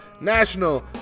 National